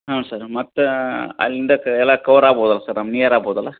ಹ್ಞೂ ಸರ್ ಮತ್ತು ಅಲ್ಲಿಂದ ಎಲ್ಲ ಕವರ್ ಆಗ್ಬೋದು ಅಲ್ಲ ಸರ್ ನಮ್ಗೆ ನಿಯರ್ ಆಗ್ಬೋದು ಅಲ್ಲ